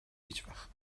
هیچوقت